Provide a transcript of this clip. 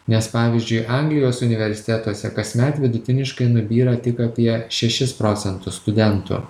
nes pavyzdžiui anglijos universitetuose kasmet vidutiniškai nubyra tik apie šešis procentus studentų